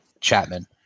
Chapman